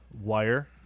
Wire